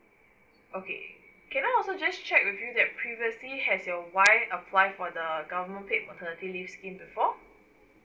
okay can I also just check with you that previously has your wife apply for the government paid maternity leave scheme before